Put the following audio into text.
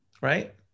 Right